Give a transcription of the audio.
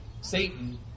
Satan